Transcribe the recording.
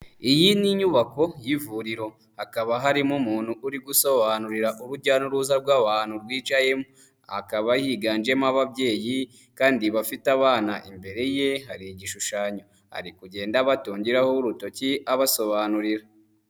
Iyi ni inyubako y'ivuriro hakaba harimo umuntu uri gusobanurira urujya n'uruza rw'abantu rwicayemo. Hakaba higanjemo ababyeyi kandi bafite abana, imbere ye hari igishushanyo. Ari kugenda abatungiraho urutoki abasobanurira.